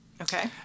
Okay